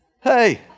hey